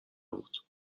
بود